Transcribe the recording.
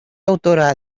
autora